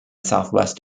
southwest